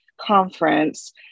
conference